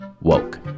woke